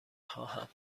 خواهم